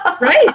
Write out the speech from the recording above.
Right